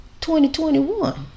2021